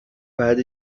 بعد